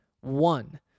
One